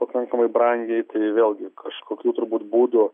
pakankamai brangiai tai vėlgi kažkokių turbūt būdų